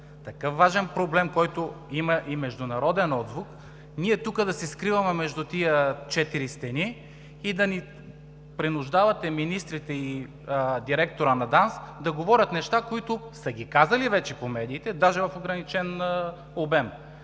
такъв важен проблем, който има и международен отзвук, ние тук да се скриваме между тези четири стени и да принуждавате министрите и директорът на ДАНС да говорят неща, които са ги казали вече по медиите, даже в ограничен обем.